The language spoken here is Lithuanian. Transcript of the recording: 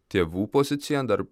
tėvų pozicija dar